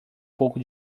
pouco